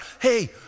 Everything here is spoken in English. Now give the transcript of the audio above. Hey